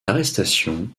arrestation